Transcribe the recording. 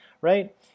right